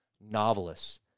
novelists